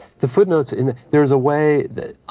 the footnotes in the there's a way that,